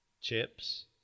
chips